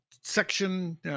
section